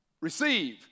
Receive